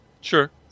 Sure